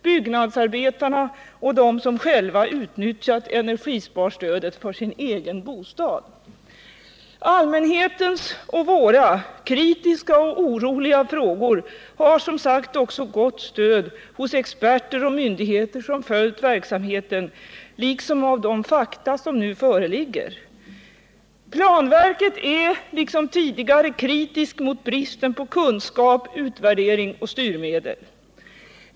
— byggnadsarbetarna och de som själva utnyttjat energisparstödet för sin egen bostad. Allmänhetens och våra egna kritiska och oroliga frågor har som sagt också fått stöd hos experter och myndigheter som följt verksamheten, liksom av de fakta som nu föreligger. Planverket är nu som tidigare kritiskt mot bristen på kunskaper, utvärdering och styrmedel.